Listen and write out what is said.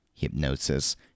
Hypnosis